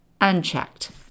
unchecked